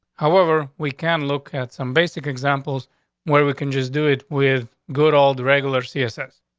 however, we can look at some basic examples where we can just do it with good old regular css.